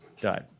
died